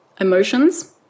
emotions